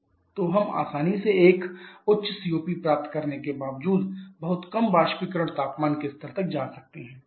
तो हम आसानी से एक उच्च COP प्राप्त करने के बावजूद बहुत कम बाष्पीकरण तापमान के स्तर तक जा सकते हैं